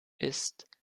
ist